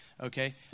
okay